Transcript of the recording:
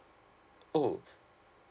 oh